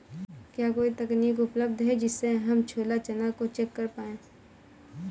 क्या कोई तकनीक उपलब्ध है जिससे हम छोला चना को चेक कर पाए?